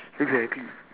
exactly